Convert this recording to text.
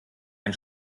ein